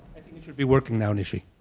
i think it should be working now, nishi.